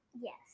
yes